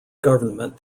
government